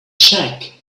check